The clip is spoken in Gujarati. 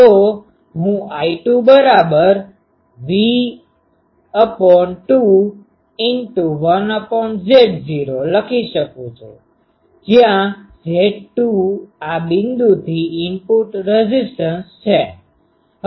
તો હું I2V2I2 બરાબર V2 ગુણ્યા 1Z2 લખી શકું છું જ્યાં Z2 આ બિંદુથી ઇનપુટ રેઝીસ્ટન્સ છે